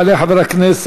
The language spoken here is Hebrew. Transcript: יעלה חבר הכנסת